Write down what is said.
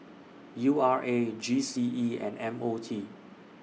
U R A G C E and M O T